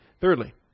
Thirdly